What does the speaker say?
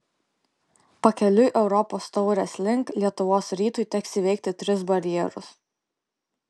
pakeliui europos taurės link lietuvos rytui teks įveikti tris barjerus